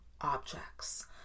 objects